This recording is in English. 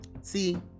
See